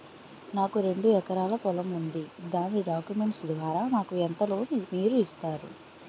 నాకు రెండు ఎకరాల పొలం ఉంది దాని డాక్యుమెంట్స్ ద్వారా నాకు ఎంత లోన్ మీరు ఇస్తారు?